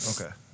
Okay